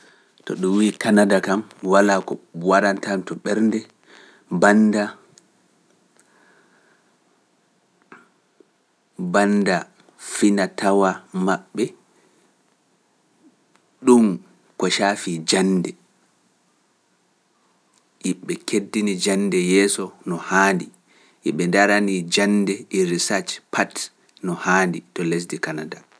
To ɗum wiyee Kanada kam walaa ko waɗanta to ɓernde, bannda fina tawa maɓɓe ɗum ko caafi jannde, yiɓɓe keddini jannde yeeso no haandi, yiɓe ndarani jannde e research pat no haandi to lesdi Kanada.